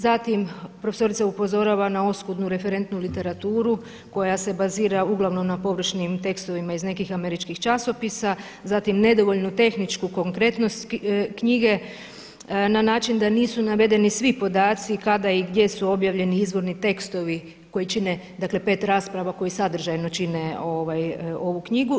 Zatim, profesorica upozorava na oskudnu referentnu literaturu koja se bazira uglavnom na površnim tekstovima iz nekih američkih časopisa, zatim nedovoljnu tehničku konkretnost knjige na način da nisu navedeni svi podaci kada i gdje su objavljeni izvorni tekstovi koji čine dakle pet rasprava koji sadržajno čine ovu knjigu.